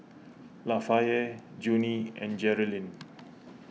Lafayette Junie and Jerilynn